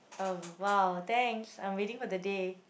oh !wow! thanks I'm waiting for the day